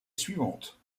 suivante